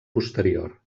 posterior